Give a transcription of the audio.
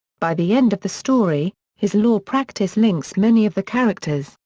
by the end of the story, his law practice links many of the characters.